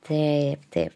taip taip